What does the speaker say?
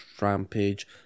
Rampage